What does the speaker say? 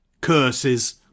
curses